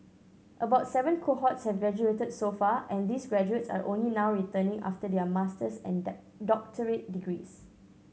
about seven cohorts have graduated so far and these graduates are only now returning after their master's and doctorate degrees